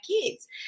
kids